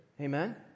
Amen